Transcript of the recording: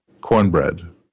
cornbread